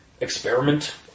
experiment